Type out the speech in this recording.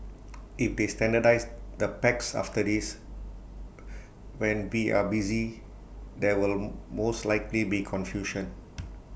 if they standardise the packs after this when we are busy there will most likely be confusion